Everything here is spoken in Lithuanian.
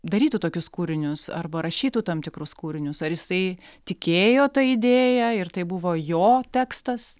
darytų tokius kūrinius arba rašytų tam tikrus kūrinius ar jisai tikėjo ta idėja ir tai buvo jo tekstas